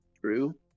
True